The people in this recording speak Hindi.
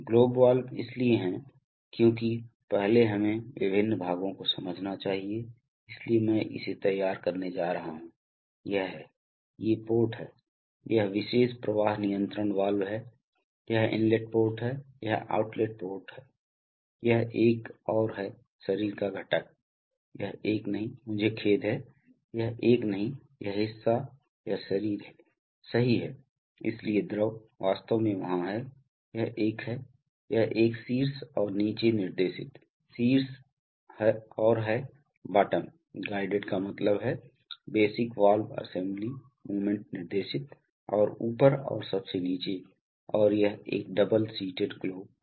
ग्लोब वाल्व इसलिए हैं क्यूंकि पहले हमें विभिन्न भागों को समझना चाहिए इसलिए मैं इसे तैयार करने जा रहा हूं यह है ये पोर्ट है यह विशेष प्रवाह नियंत्रण वाल्व है यह इनलेट पोर्ट है यह आउटलेट पोर्ट है यह एक और है शरीर का घटक यह एक नहीं मुझे खेद है यह एक नहीं यह हिस्सा यह शरीर है सही है इसलिए द्रव वास्तव में वहाँ हैं यह एक है यह एक शीर्ष और नीचे निर्देशित शीर्ष और है बॉटम गाइडेड का मतलब है बेसिक वाल्व असेंबली मूवमेंट निर्देशित और ऊपर और सबसे नीचे और यह एक डबल सीटेड ग्लोब वाल्व है